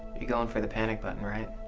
you're going for the panic button, right?